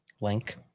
link